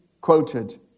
quoted